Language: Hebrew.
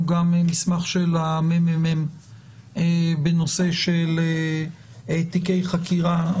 גם מסמך של הממ"מ בנושא של תיקי חקירה,